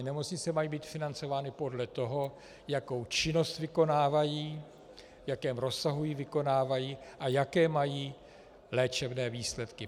Nemocnice mají být financovány podle toho, jakou činnost vykonávají, v jakém rozsahu ji vykonávají a jaké mají léčebné výsledky.